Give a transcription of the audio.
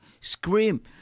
scream